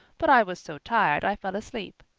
but i was so tired i fell asleep.